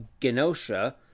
Genosha